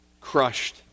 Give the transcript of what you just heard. crushed